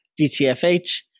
DTFH